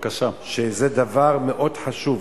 שזה דבר מאוד חשוב.